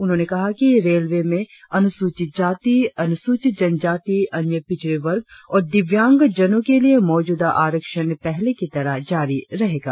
उन्होंने कहा कि रेलवे में अनुसूचित जाति अनुसूचित जनजाति अन्य पिछड़े वर्ग और दिव्यांग जनो के लिये मौजूदा आरक्षण पहले की तरह जारी रहेगा